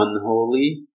Unholy